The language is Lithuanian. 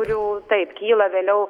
kurių taip kyla vėliau